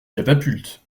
catapultes